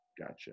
Gotcha